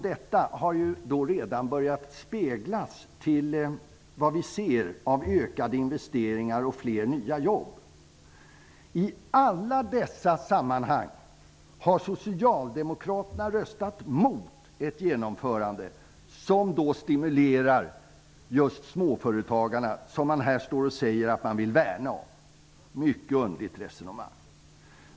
Detta har redan börjat speglas i synliga ökade investeringar och fler nya jobb. I alla dessa sammanhang har socialdemokraterna röstat mot det genomförande som stimulerar just småföretagarna, dem som man här i kammaren säger att man vill värna. Det är ett mycket underligt resonemang.